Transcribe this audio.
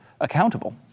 accountable